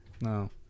No